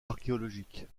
archéologiques